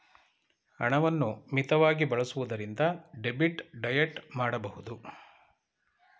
ಹಣವನ್ನು ಮಿತವಾಗಿ ಬಳಸುವುದರಿಂದ ಡೆಬಿಟ್ ಡಯಟ್ ಮಾಡಬಹುದು